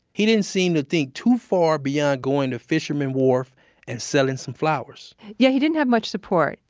he didn't seem to think too far beyond going to fisherman's wharf and selling some flowers yeah, he didn't have much support.